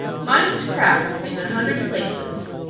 mine's cracked in a hundred places.